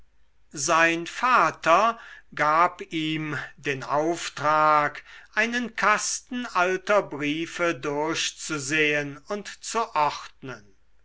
sein vater gab ihm den auftrag einen kasten alter briefe durchzusehen und zu